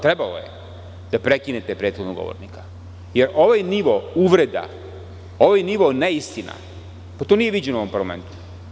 Trebalo je da prekinete prethodnog govornika, jer ovaj nivo uvreda, ovaj nivo neistina, pa to nije viđeno u ovom parlamentu.